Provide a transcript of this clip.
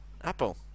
Apple